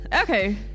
Okay